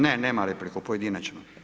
Ne, nema repliku, pojedinačno.